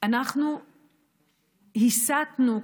אנחנו הסטנו,